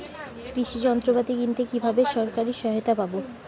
কৃষি যন্ত্রপাতি কিনতে কিভাবে সরকারী সহায়তা পাব?